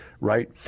right